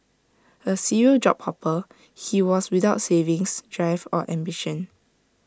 A serial job hopper he was without savings drive or ambition